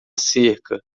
cerca